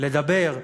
לדבר,